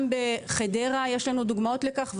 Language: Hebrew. גם בחדרה יש לנו דוגמאות לכך.